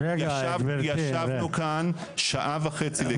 אנחנו ישבנו כאן שעה וחצי והקשבנו לכם.